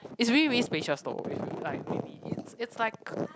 it's really really spacious though like really it's like